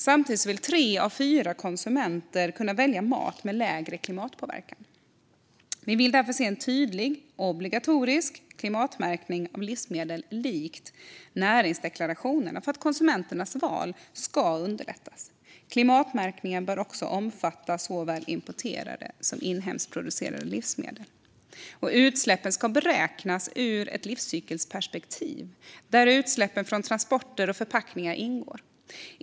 Samtidigt vill tre av fyra konsumenter kunna välja mat med lägre klimatpåverkan. Vi vill därför se en tydlig och obligatorisk klimatmärkning av livsmedel, likt näringsdeklarationerna, för att konsumenternas val ska underlättas. Klimatmärkningen bör omfatta såväl importerade som inhemskt producerade livsmedel. Utsläppen ska beräknas ur ett livscykelperspektiv där utsläppen från transporter och förpackningar ingår.